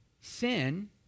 sin